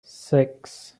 six